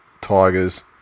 Tigers